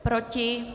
Proti?